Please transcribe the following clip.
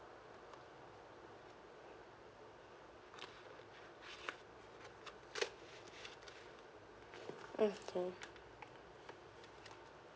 mm okay